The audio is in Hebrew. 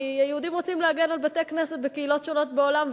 כי היהודים רוצים להגן על בתי-הכנסת בקהילות שונות בעולם,